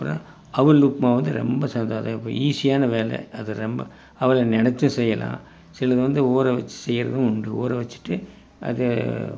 அப்புறம் அவல் உப்புமா வந்து ரொம்ப சாதா இது இப்போ ஈஸியான வேலை அது ரொம்ப அவலை நினைச்சும் செய்யலாம் சிலது வந்து ஊற வைச்சு செய்கிறதும் உண்டு ஊற வச்சுட்டு அதை